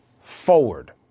forward